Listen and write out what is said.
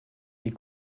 des